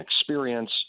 experience